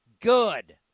good